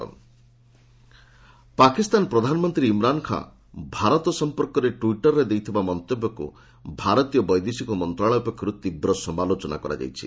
MEA Pak PM Pakistan ପ୍ରଧାନମନ୍ତ୍ରୀ ଇମ୍ରାନ୍ ଖାଁ ଭାରତ ସଂପର୍କରେ ଟ୍ୱିଟର୍ରେ ଦେଇଥିବା ମନ୍ତବ୍ୟକୁ ଭାରତୀୟ ବୈଦେଶିକ ମନ୍ତ୍ରଣାଳୟ ପକ୍ଷରୁ ତୀବ୍ର ସମାଲୋଚନା କରାଯାଇଛି